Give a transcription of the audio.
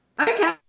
Okay